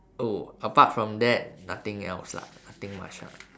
oh apart from that nothing else lah nothing much ah